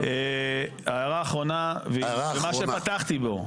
הערה אחרונה, מה שפתחתי בו.